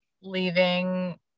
leaving